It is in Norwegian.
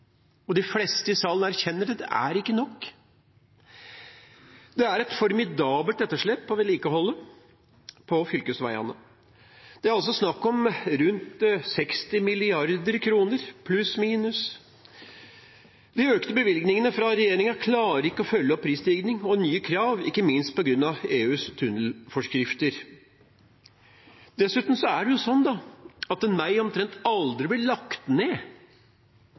og de fleste i salen erkjenner det: Det er ikke nok. Det er et formidabelt etterslep på vedlikeholdet av fylkesveiene. Det er snakk om rundt 60 mrd. kr pluss/minus. De økte bevilgningene fra regjeringen klarer ikke å følge prisstigning og nye krav, ikke minst på grunn av EUs tunnelforskrifter. Dessuten er det slik at en vei omtrent aldri blir lagt ned.